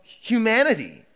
humanity